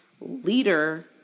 leader